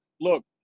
Look